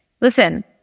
Listen